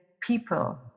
people